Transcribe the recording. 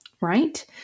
right